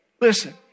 Listen